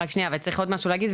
צריך עוד משהו להגיד,